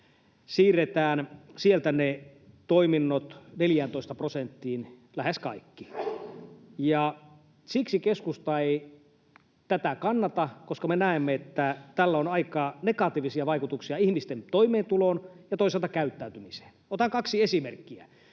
siirretään lähes kaikki toiminnot 14 prosenttiin. Keskusta ei tätä kannata siksi, että me näemme, että tällä on aika negatiivisia vaikutuksia ihmisten toimeentuloon ja toisaalta käyttäytymiseen. Otan kaksi esimerkkiä: